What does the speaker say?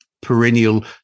perennial